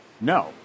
No